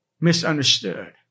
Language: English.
misunderstood